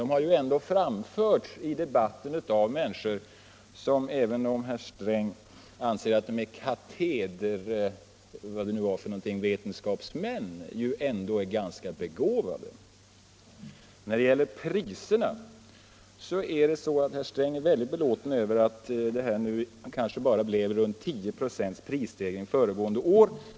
Sådana har framförts i debatten av människor som, även om herr Sträng anser att de är katedervetenskapsmän, ändå är ganska begåvade. Herr Sträng är väldigt belåten med att prisstegringen kanske blev bara runt 10 96 föregående år.